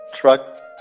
truck